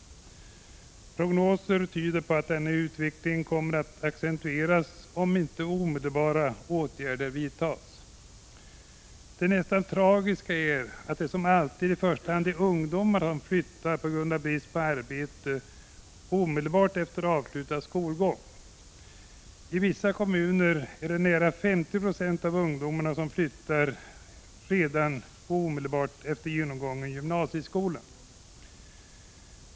Prognoser tyder på att denna utveckling kommer att accentueras om inte omedelbara åtgärder vidtas. Det nästan tragiska är att det, som alltid, i första hand är ungdomarna som flyttar på grund av brist på arbete efter avslutad skolgång. I vissa kommuner är det nära 50 96 av ungdomarna som flyttar omedelbart efter genomgången gymnasieskola.